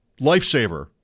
lifesaver